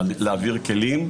להעביר כלים.